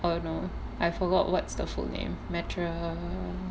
oh no I forgot what's the full name